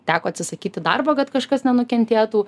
teko atsisakyti darbo kad kažkas nenukentėtų